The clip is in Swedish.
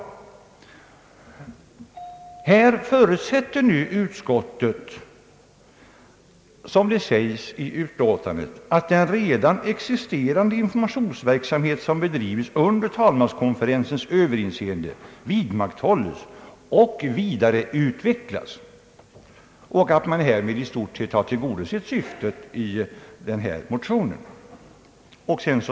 Såsom framhålles i utlåtandet förutsätter utskottet att den redan existerande informationsverksamhet som bedrivs under talmanskonferensens överinseende vidmakthålles och vidareutvecklas och att man härmed i stort sett har tillgodosett syftet i den föreliggande motionen.